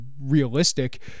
realistic –